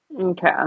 Okay